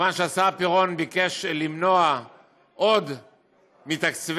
כיוון שהשר פירון ביקש למנוע עוד מתקציבי